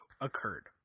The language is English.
occurred